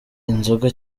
inzoga